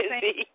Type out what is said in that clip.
busy